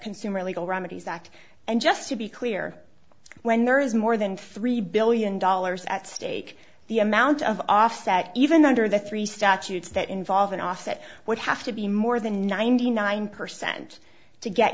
consumer legal remedies act and just to be clear when there is more than three billion dollars at stake the amount of offset even under the three statutes that involve an offset would have to be more than ninety nine percent to get